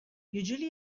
usually